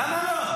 למה לא?